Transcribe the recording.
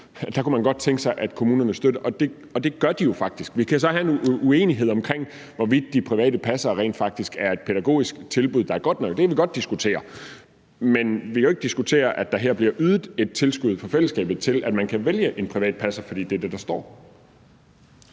Der kunne man godt tænke sig, at kommunerne støttede det, og det gør de jo faktisk. Vi kan så have nogle uenigheder om, hvorvidt de private passere rent faktisk er et pædagogisk tilbud, der er godt nok – det kan vi godt diskutere. Men vi kan jo ikke diskutere, at der her bliver ydet et tilskud fra fællesskabet til, at man kan vælge en privat passer, for det er det, der står.